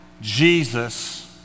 Jesus